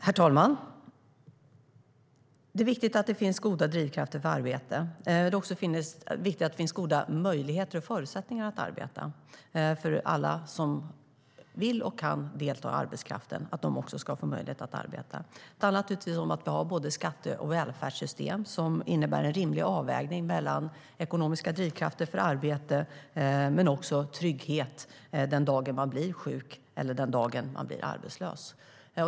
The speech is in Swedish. Herr talman! Det är viktigt att det finns goda drivkrafter för arbete. Det är också viktigt att det finns goda möjligheter och förutsättningar att arbeta för alla som vill och kan delta i arbetskraften. Det handlar naturligtvis om att vi ska ha både skatte och välfärdssystem som innebär en rimlig avvägning mellan ekonomiska drivkrafter för arbete och trygghet om man blir sjuk eller arbetslös.